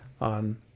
on